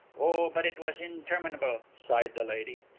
oh, but it was interminable, sighed the lady.